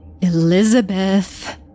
Elizabeth